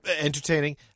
entertaining